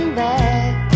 back